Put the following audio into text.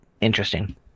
interesting